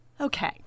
Okay